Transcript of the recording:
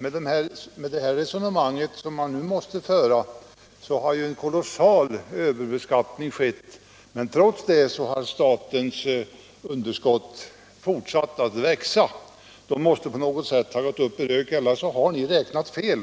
Med det resonemang som herr Josefson för har det skett en kolossal överbeskattning, men trots det har underskottet i statsbudgeten fortsatt att växa. Dessa pengar måste på något sätt ha gått upp i rök, eller också har ni räknat fel.